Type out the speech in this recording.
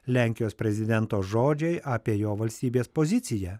lenkijos prezidento žodžiai apie jo valstybės poziciją